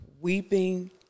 weeping